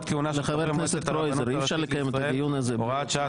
כהונה של חברי מועצת הרבנות הראשית לישראל) (הוראת שעה),